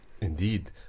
Indeed